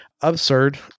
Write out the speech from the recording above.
absurd